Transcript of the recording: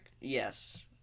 Yes